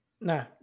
Nah